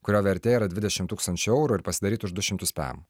kurio vertė yra dvidešimt tūkstančių eurų ir pasidaryt už du šimtus pem